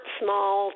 small